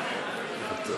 טלב,